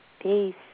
Peace